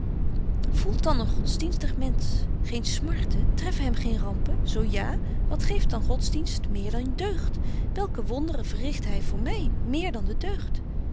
voelt dan een godsdienstig mensch geen smarten treffen hem geen rampen zo ja wat geeft dan godsdienst meer dan deugd welke wonderen verricht hy voor my meer dan de deugd